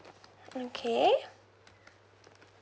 okay